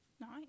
Nice